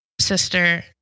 sister